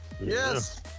Yes